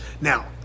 Now